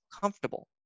comfortable